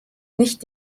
nicht